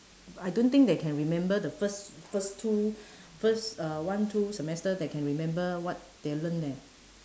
I don't think they can remember the first first two first uh one two semester they can remember what they learn leh